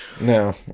no